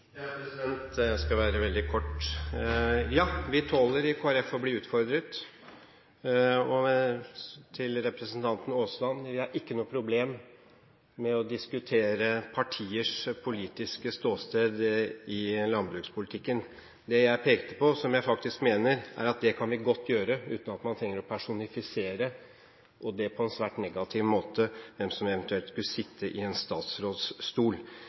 Ja, vi tåler å bli utfordret i Kristelig Folkeparti. Til representanten Aasland vil jeg si at vi ikke har noe problem med å diskutere partiets politiske ståsted i landbrukspolitikken. Det jeg pekte på, som jeg faktisk mener, er at det kan vi godt gjøre uten at man trenger å personifisere – og det på en svært negativ måte – hvem som eventuelt skulle sitte i en